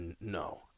No